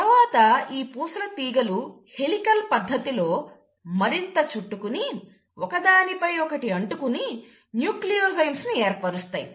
తరువాత ఈ పూసల తీగలు హెలికల్ పద్ధతిలో మరింత చుట్టుకుని ఒకదానిపై ఒకటి అంటుకుని న్యూక్లియోజోమ్స్ ను ఏర్పరుస్తాయి